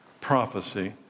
prophecy